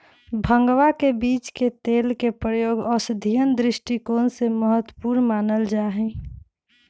भंगवा के बीज के तेल के प्रयोग औषधीय दृष्टिकोण से महत्वपूर्ण मानल जाहई